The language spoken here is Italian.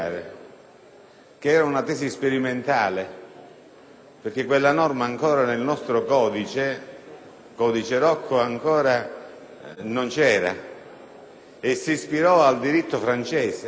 era una tesi sperimentale, perché quella norma ancora nel nostro codice Rocco non c'era; lui si ispirò al diritto francese